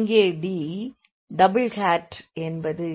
இங்கே D double hat என்பது